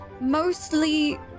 mostly